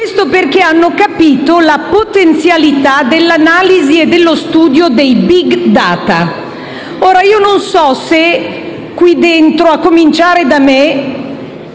grazie.